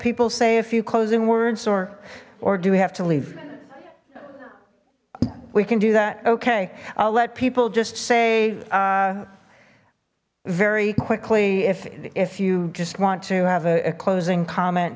people say a few closing words or or do we have to leave we can do that okay i'll let people just say very quickly if if you just want to have a closing comment